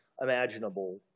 imaginable